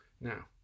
now